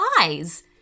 eyes